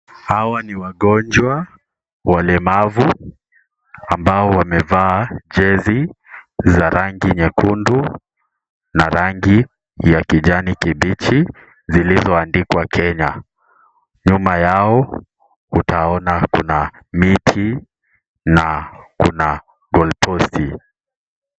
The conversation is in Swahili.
Hawa ni wagonjwa walemavu ambao wamevaa jezi za rangi nyekundu na rangi ya kijani kibichi zilizoandikwa Kenya. Nyuma yao utaona kuna miti na kuna goal posti .